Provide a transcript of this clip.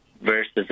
versus